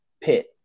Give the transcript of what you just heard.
pit